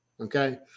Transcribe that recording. Okay